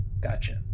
Gotcha